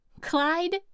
Clyde